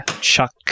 Chuck